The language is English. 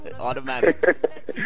automatic